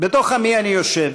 בתוך עמי אני יושב,